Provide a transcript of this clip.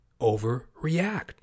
overreact